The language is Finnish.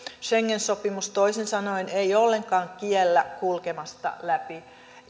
schengen sopimus toisin sanoen ei ollenkaan kiellä kulkemasta läpi